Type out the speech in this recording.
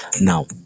Now